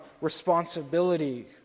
responsibility